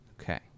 Okay